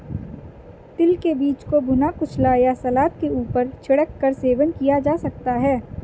तिल के बीज को भुना, कुचला या सलाद के ऊपर छिड़क कर सेवन किया जा सकता है